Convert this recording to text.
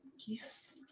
Jesus